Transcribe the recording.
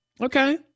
Okay